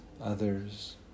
others